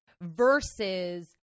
versus